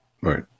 Right